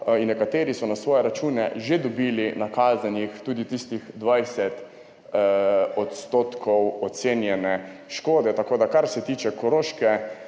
in nekateri so na svoje račune že dobili nakazanih tudi tistih 20 % ocenjene škode. Kar se tiče Koroške,